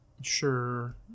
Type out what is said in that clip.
Sure